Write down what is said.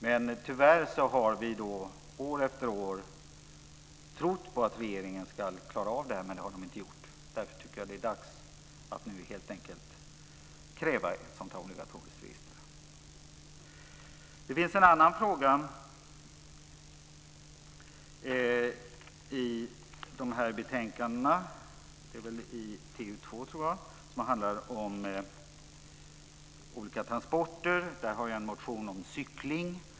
Men tyvärr har vi år efter år trott på att regeringen ska klara av det här, men det har man inte gjort. Därför tycker jag att det nu är dags att helt enkelt kräva ett obligatoriskt register. Det finns en annan fråga i betänkande TU2 som handlar om olika transporter. Där har jag en motion om cykling.